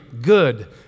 good